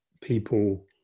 people